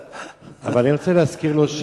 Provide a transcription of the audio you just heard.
אבל אני רוצה להזכיר לו,